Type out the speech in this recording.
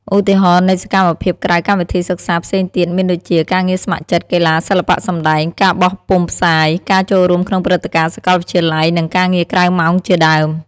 ឧទាហរណ៍នៃសកម្មភាពក្រៅកម្មវិធីសិក្សាផ្សេងទៀត មានដូចជា ការងារស្ម័គ្រចិត្ត, កីឡា, សិល្បៈសម្តែង, ការបោះពុម្ពផ្សាយ, ការចូលរួមក្នុងព្រឹត្តិការណ៍សាកលវិទ្យាល័យ, និងការងារក្រៅម៉ោងជាដើម។